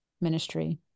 ministry